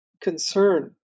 concern